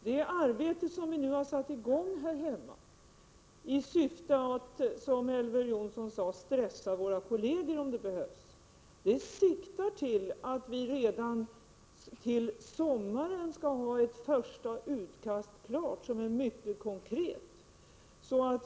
Det arbete som vi nu har satt i gång här hemma i syfte att, som Elver Jonsson sade, stressa våra kolleger om det behövs, siktar till att vi redan till sommaren skall ha ett mycket konkret första utkast klart.